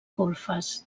golfes